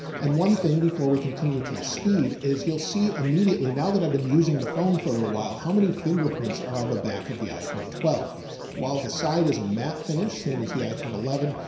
and one thing before we continue to the speed is you'll see immediately. now that i've been using the phone for a little while, how many fingerprints are on the back of the iphone twelve while the side is a matte finish, same as the iphone eleven.